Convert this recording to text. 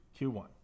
Q1